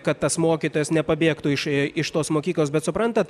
kad tas mokytojas nepabėgtų iš iš tos mokyklos bet suprantat